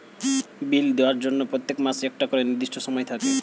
বিল দেওয়ার জন্য প্রত্যেক মাসে একটা করে নির্দিষ্ট সময় থাকে